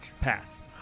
Pass